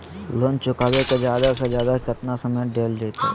Loan चुकाबे के जादे से जादे केतना समय डेल जयते?